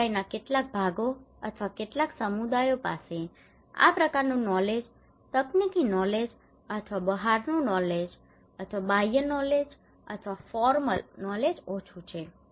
સમુદાયના કેટલાક ભાગો અથવા કેટલાક સમુદાયો પાસે આ પ્રકારનું નોલેજ તકનીકી નોલેજ અથવા બહારનું નોલેજ અથવા બાહ્ય નોલેજ અથવા ફોર્મલ નોલેજ ઓછું છે